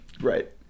Right